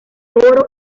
oro